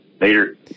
Later